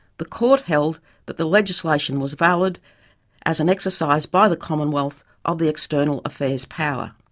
the court held that the legislation was valid as an exercise by the commonwealth of the external affairs power.